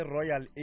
Royal